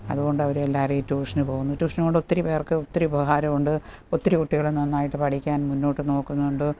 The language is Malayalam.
അതുകൊണ്ട് അവർ എല്ലാവരേയും ട്യൂഷനു പോകുന്നു ട്യൂഷനു പോകുന്നതുകൊണ്ട് ഒത്തിരി പേർക്ക് ഒത്തിരി ഉപകാരമുണ്ട് ഒത്തിരി കുട്ടികൾ നന്നായിട്ട് പഠിക്കാൻ മുന്നോട്ട് നോക്കുന്നുണ്ട്